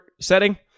setting